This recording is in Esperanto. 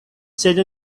sed